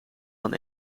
dan